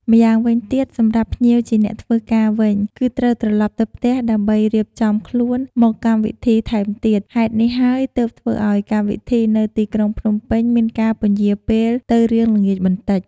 ម្យ៉ាងវិញទៀត សម្រាប់ភ្ញៀវជាអ្នកធ្វើការវិញ គឺត្រូវត្រឡប់ទៅផ្ទះដើម្បីរៀបចំខ្លួនមកកម្មវិធីថែមទៀត ហេតុនេះហើយទើបធ្វើឲ្យកម្មវិធីនៅទីក្រុងភ្នំពេញមានការពន្យារពេលទៅរៀងល្ងាចបន្តិច។